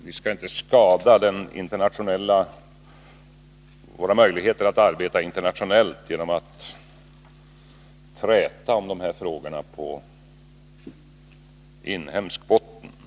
Vi skall inte skada våra möjligheter att arbeta internationellt genom att träta om de här frågorna på inhemsk botten.